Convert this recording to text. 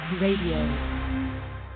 Radio